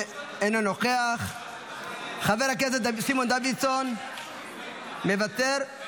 אינו נוכח, חבר הכנסת סימון דוידסון, מוותר?